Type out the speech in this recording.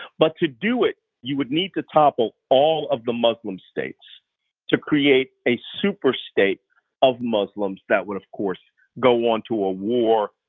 but to do it you would need to topple all of the muslim states to create a super-state of muslims that would of course go on to a war,